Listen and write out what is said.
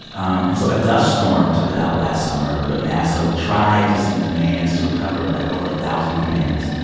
and so a dust storm took it out last summer, but nasa tried to send commands to recover it like, over a thousand commands.